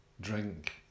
drink